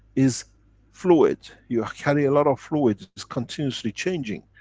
is fluid. you carry a lot of fluid. it's continuously changing.